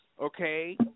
Okay